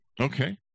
Okay